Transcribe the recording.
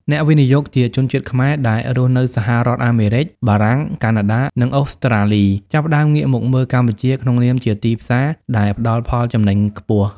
អ្នកវិនិយោគជាជនជាតិខ្មែរដែលរស់នៅសហរដ្ឋអាមេរិក បារាំង កាណាដា និងអូស្ត្រាលី ចាប់ផ្ដើមងាកមកមើលកម្ពុជាក្នុងនាមជាទីផ្សារដែលផ្ដល់ផលចំណេញខ្ពស់។